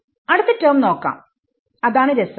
അടുത്ത ടെർമ് നോക്കാം അതാണ് രസം